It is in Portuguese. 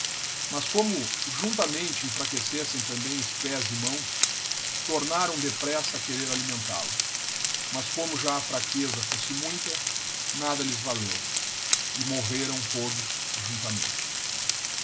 mas como juntamente enfraquecessem também os pés e mãos tornarão depressa a querer alimentalo mas como já a fraqueza fosse muita nada lhes valeo e morrerão todos